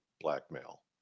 blackmail